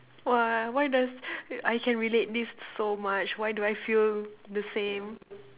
!wow! why does I can relate this so much why do I feel the same